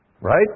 Right